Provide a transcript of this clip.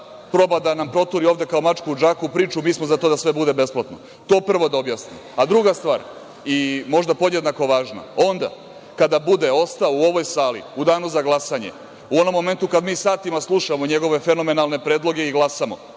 proba da nam proturi kao mačku u džaku priču – mi smo za to da sve bude besplatno. To prvo da objasni. Druga stvar i možda podjednako važna, onda kada bude ostao u ovoj sali u danu za glasanje, u onom momentu kada mi satima slušamo njegove fenomenalne predloge i glasamo